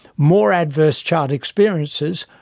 more adverse child experiences,